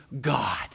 God